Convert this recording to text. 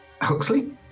Huxley